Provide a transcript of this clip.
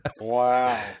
Wow